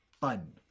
fun